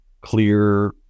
clear